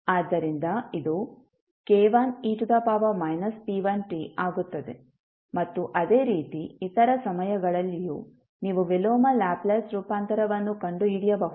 ಆದ್ದರಿಂದ ಇದು k1e p1t ಆಗುತ್ತದೆ ಮತ್ತು ಅದೇ ರೀತಿ ಇತರ ಸಮಯಗಳಲ್ಲಿಯೂ ನೀವು ವಿಲೋಮ ಲ್ಯಾಪ್ಲೇಸ್ ರೂಪಾಂತರವನ್ನು ಕಂಡುಹಿಡಿಯಬಹುದು